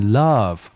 love